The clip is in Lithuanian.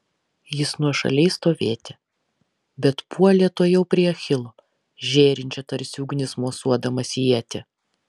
jis nuošaliai stovėti bet puolė tuojau prie achilo žėrinčią tarsi ugnis mosuodamas ietį